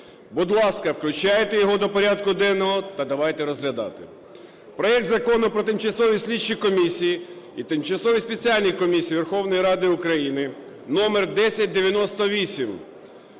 Будь ласка, включайте його до порядку денного та давайте розглядати. Проект Закону про тимчасові слідчі комісії і тимчасові спеціальні комісії Верховної Ради України № 1098,